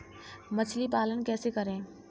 मछली पालन कैसे करें?